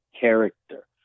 character